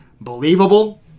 believable